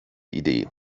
idee